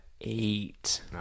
Eight